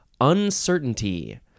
uncertainty